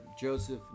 Joseph